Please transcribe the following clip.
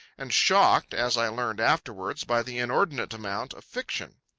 and shocked, as i learned afterwards, by the inordinate amount of fiction.